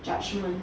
judgment